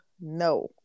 no